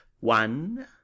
One